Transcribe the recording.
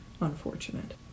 unfortunate